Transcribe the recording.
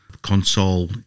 console